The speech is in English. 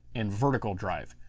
and vertical drive.